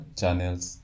channels